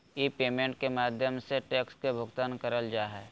ई payment के माध्यम से टैक्स के भुगतान करल जा हय